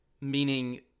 Meaning